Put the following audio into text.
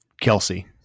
Kelsey